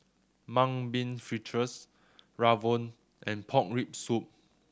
Mung Bean Fritters rawon and pork rib soup